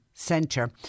centre